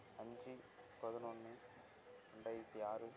அஞ்சு பதினொன்று ரெண்டாயிரத்து ஆறு